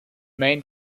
main